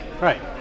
Right